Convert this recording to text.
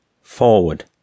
Forward